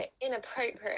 inappropriate